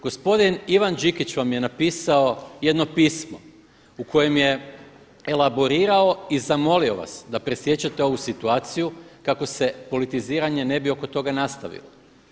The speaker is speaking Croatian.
Gospodin Ivan Đikić vam je napisao jedno pismo u kojem je elaborirao i zamolio vas da presiječete ovu situaciju kako se politiziranje ne bi oko toga nastavilo.